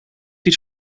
iets